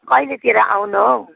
कहिलेतिर आउनु हौ